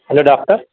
hello doctor